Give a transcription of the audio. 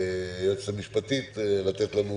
היועצת המשפטית, לתת לנו